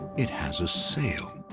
it has a sail.